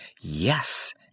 Yes